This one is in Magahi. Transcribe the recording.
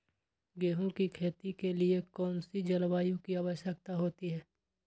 गेंहू की खेती के लिए कौन सी जलवायु की आवश्यकता होती है?